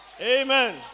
Amen